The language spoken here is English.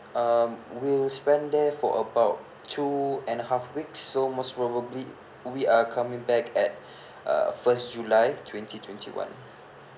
um we'll spend there for about two and a half weeks so most probably we are coming back at uh first july twenty twenty one